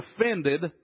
offended